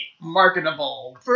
marketable